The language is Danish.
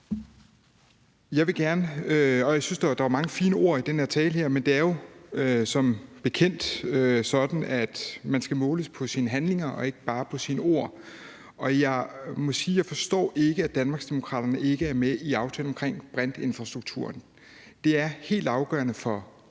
her vigtige område. Jeg synes, at der var mange fine ord i den her tale, men det er jo som bekendt sådan, at man skal måles på sine handlinger og ikke bare på sine ord. Jeg må sige, at jeg ikke forstår, at Danmarksdemokraterne ikke er med i aftalen om brintinfrastrukturen. Det er helt afgørende for